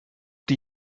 die